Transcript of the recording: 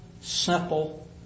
simple